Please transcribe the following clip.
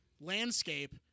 landscape